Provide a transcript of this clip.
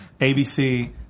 ABC